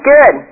Good